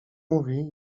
mówi